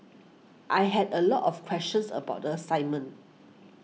I had a lot of questions about the assignment